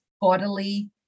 bodily